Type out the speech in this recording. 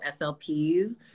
SLPs